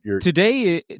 Today